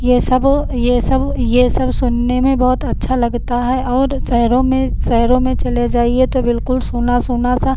यह सब यह सब यह सब सुनने में बहुत अच्छा लगता है और शहरों में शहरों में चले जाइए तो बिल्कुल सूना सूना सा